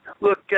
Look